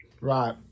Right